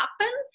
happen